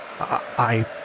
I-